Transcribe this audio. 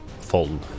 Fulton